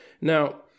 Now